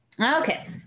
Okay